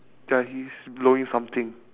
ya he's blowing something